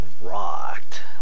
rocked